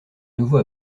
nouveau